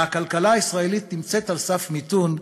שבה הכלכלה הישראלית נמצאת על סף מיתון,